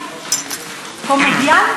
אדוני.